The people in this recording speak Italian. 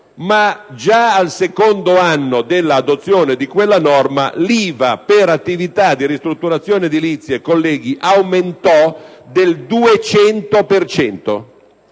Ma già al secondo anno dell'adozione di quella norma, l'IVA per attività di ristrutturazioni edilizie, colleghi, aumentò del 200